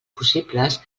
possibles